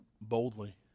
boldly